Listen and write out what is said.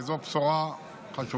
וזו בשורה חשובה.